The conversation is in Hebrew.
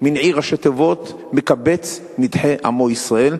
"מנעי" ראשי-תיבות: מקבץ נידחי עמו ישראל.